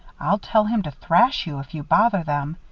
i'll tell him to thrash you if you bother them.